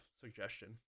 suggestion